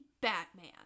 Batman